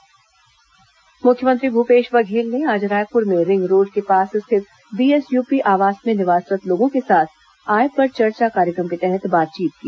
मुख्यमंत्री आय पर चर्चा मुख्यमंत्री भूपेश बघेल ने आज रायपुर में रिंग रोड के पास स्थित बीएसयूपी आवास में निवासरत् लोगों के साथ आय पर चर्चा कार्यक्रम के तहत बातचीत की